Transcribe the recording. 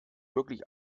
wirklich